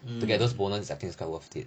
to get those bonus is quite worth it